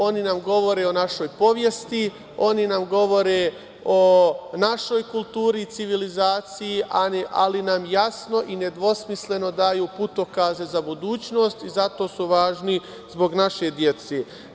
Oni nam govore o našoj istoriji, oni nam govore o našoj kulturi i civilizaciji, ali nam jasno i nedvosmisleno daju putokaze za budućnost i zato su važni zbog naše dece.